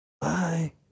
Bye